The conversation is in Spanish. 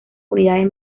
unidades